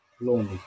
lonely